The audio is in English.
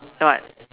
what